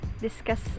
discuss